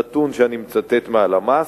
נתון שאני מצטט מהלמ"ס,